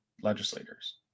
legislators